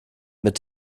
mit